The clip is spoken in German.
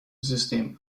system